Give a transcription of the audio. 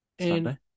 Sunday